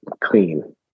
clean